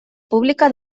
pública